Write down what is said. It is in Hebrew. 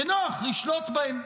כי נוח לשלוט בהם.